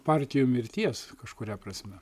partijų mirties kažkuria prasme